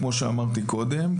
כמו שאמרתי קודם,